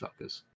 fuckers